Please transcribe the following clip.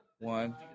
One